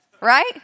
right